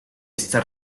esta